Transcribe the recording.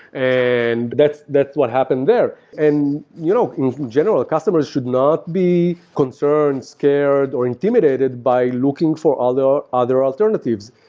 and that's that's what happened there. in you know general, customers should not be concerned, scared or intimidated by looking for other other alternatives.